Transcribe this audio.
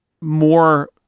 more